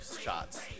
shots